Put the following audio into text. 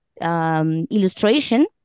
Illustration